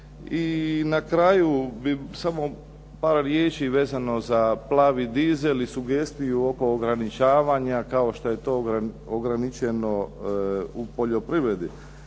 I na kraju bi samo par riječi vezano za plavi dizel, i sugestiju oko ograničavanja kao što je to ograničeno u poljoprivredi.